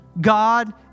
God